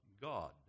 God